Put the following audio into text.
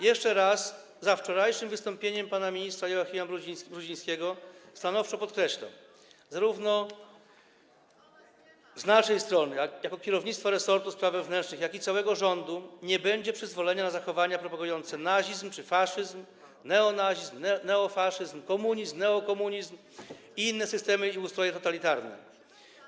Jeszcze raz, za wczorajszym wystąpieniem pana ministra Joachima Brudzińskiego, stanowczo podkreślam: z naszej strony, zarówno kierownictwa resortu spraw wewnętrznych, jak i całego rządu, nie będzie przyzwolenia na zachowania propagujące nazizm czy faszyzm, neonazizm, neofaszyzm, komunizm, neokomunizm i inne systemy i ustroje totalitarne.